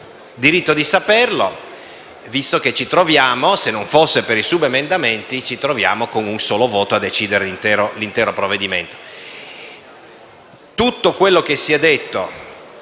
diritto di saperlo, visto che ci troviamo, se non fosse per i subemendamenti, con un solo voto a decidere dell'intero provvedimento.